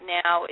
now